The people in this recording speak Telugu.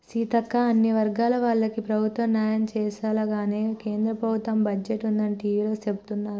సీతక్క అన్ని వర్గాల వాళ్లకి ప్రభుత్వం న్యాయం చేసేలాగానే కేంద్ర ప్రభుత్వ బడ్జెట్ ఉందని టివీలో సెబుతున్నారు